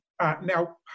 now